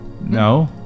no